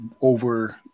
over